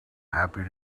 happy